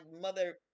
mother